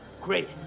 Great